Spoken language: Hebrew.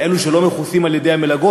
אלו שלא מכוסים על-ידי המלגות,